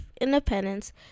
independence